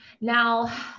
Now